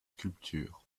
sculptures